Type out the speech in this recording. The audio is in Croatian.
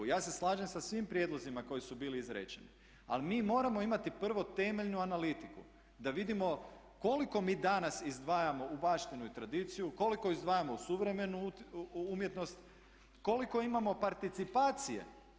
Ja se slažem sa svim prijedlozima koji su bili izrečeni ali mi moramo imati prvo temeljnu analitiku da vidimo koliko mi danas izdvajamo u baštinu i tradiciju, koliko izdvajamo u suvremenu umjetnost, koliko imamo participacije.